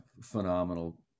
phenomenal